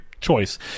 choice